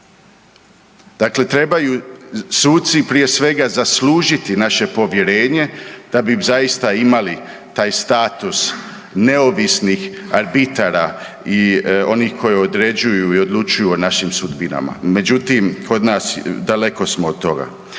Dakle, trebaju suci prije svega zaslužiti naše povjerenje da bi zaista imali taj status neovisnih arbitara i onih koji određuju i odlučuju o našim sudbinama, međutim kod nas, daleko smo od toga.